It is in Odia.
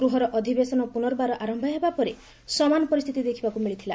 ଗୃହର ଅଧିବେଶନ ପୁନର୍ବାର ଆରମ୍ଭ ହେବାପରେ ସମାନ ପରିସ୍ଥିତି ଦେଖିବାକୁ ମିଳିଥିଲା